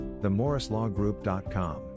themorrislawgroup.com